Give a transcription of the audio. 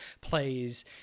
plays